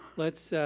let's